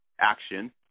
action